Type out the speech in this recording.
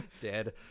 Dead